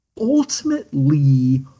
ultimately